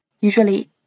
usually